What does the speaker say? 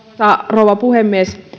rouva puhemies